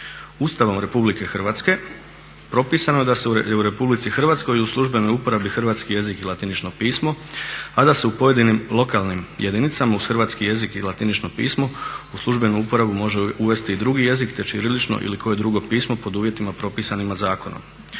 Ustavom Republike Hrvatske propisano je da je u Republici Hrvatskoj u službenoj uporabi hrvatski jezik i latinično pismo, a da se u pojedinim lokalnim jedinicama uz hrvatski jezik i latinično pismo u službenu uporabu može uvesti i drugi jezik te ćirilično ili koje drugo pismo pod uvjetima propisanima zakonom.